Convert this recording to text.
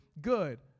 good